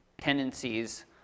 tendencies